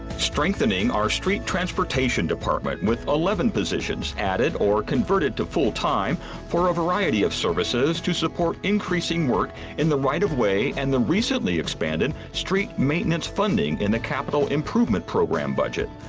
strengthening our street transportation department with eleven positions added or converted to full-time for a variety of services to support increasing work in the right of way and the recently expanded street maintenance funding in the capital improvement program budget,